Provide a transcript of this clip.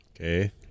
Okay